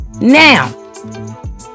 Now